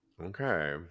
Okay